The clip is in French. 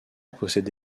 possède